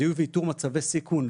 זיהוי ואיתור מצבי סיכון.